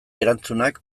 erantzunak